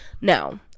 Now